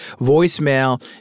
Voicemail